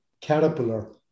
Caterpillar